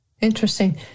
Interesting